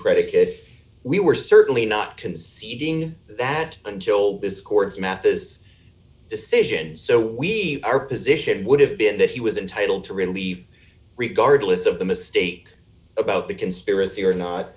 predicate we were certainly not conceding that until this court's mathes decision so we are position would have been that he was entitled to relief regardless of the mistake about the conspiracy or not